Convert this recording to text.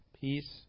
Peace